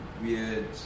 weird